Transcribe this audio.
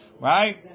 right